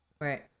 right